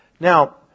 Now